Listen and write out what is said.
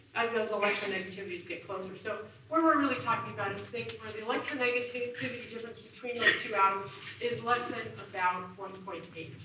as those electronegativities get closer. so we're we're really talking about and things where electronegativity difference between those two atoms is less than about one point eight.